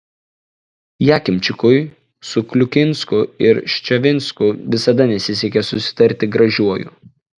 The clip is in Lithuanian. jakimčikui su kliukinsku ir ščavinsku visada nesisekė susitarti gražiuoju